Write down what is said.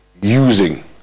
using